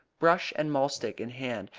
brush and mahlstick in hand,